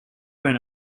went